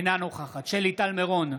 אינה נוכחת שלי טל מירון,